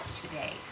today